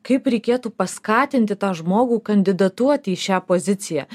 kaip reikėtų paskatinti tą žmogų kandidatuoti į šią poziciją